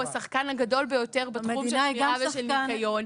השחקן הגדול ביותר בתחום של שמירה ושל ניקיון.